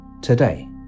today